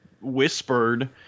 whispered